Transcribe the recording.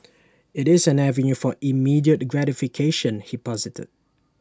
IT is an avenue for immediate gratification he posited